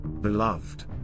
Beloved